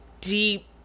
deep